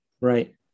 right